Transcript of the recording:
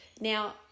Now